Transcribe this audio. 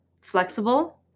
flexible